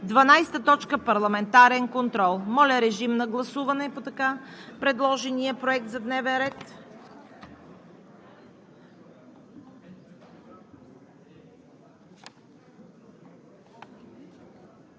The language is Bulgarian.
12. Парламентарен контрол.“ Моля, режим на гласуване по така предложения проект за дневен ред.